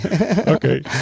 Okay